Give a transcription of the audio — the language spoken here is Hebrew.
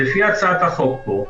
לפי הצעת החוק הזו,